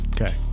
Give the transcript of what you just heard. Okay